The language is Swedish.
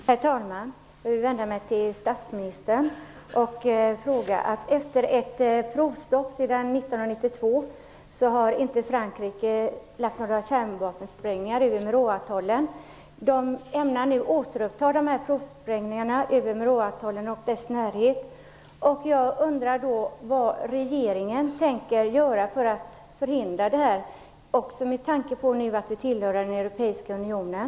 Herr talman! Jag vill vända mig till statsministern. Sedan 1992, efter ett provstopp, har Frankrike inte gjort några kärnvapensprängningar över Mururoaatollen. Man ämnar nu återuppta provsprängningarna över Mururoaatollen och dess närhet. Jag undrar vad regeringen tänker göra för att förhindra detta med tanke på att vi tillhör den europeiska unionen.